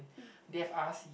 they have R_C